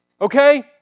Okay